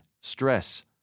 stress